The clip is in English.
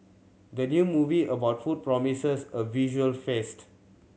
the new movie about food promises a visual feast